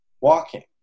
walking